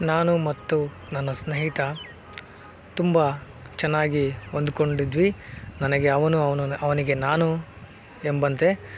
ನಾನು ಮತ್ತು ನನ್ನ ಸ್ನೇಹಿತ ತುಂಬ ಚೆನ್ನಾಗಿ ಹೊಂದ್ಕೊಂಡಿದ್ವಿ ನನಗೆ ಅವನು ಅವನು ಅವನಿಗೆ ನಾನು ಎಂಬಂತೆ